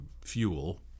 fuel